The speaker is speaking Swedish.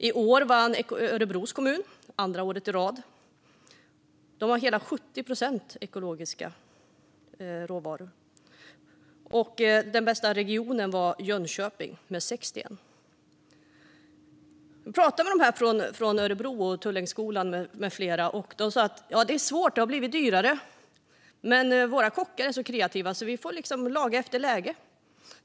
Med sina 70 procent ekologiska råvaror vann Örebro kommun för andra året i rad. Den bästa regionen var Jönköping med 61 procent. Jag pratade med några från Tullängsgymnasiet i Örebro som sa att det är svårt eftersom det har blivit dyrare men att de kreativa kockarna får laga efter läge.